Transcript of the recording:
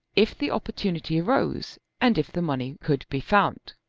if the opportunity arose and if the money could be found.